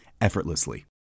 effortlessly